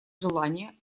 желание